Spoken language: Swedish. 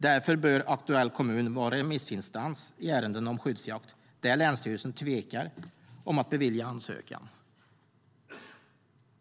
Därför bör aktuell kommun vara remissinstans i ärenden om skyddsjakt där länsstyrelsen tvekar om att bevilja ansökan.